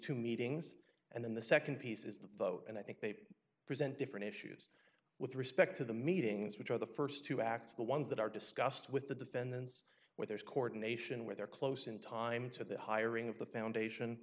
two meetings and then the nd piece is the vote and i think they present different issues with respect to the meetings which are the st two acts the ones that are discussed with the defendants where there is coordination where they're close in time to the hiring of the foundation